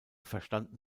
verstanden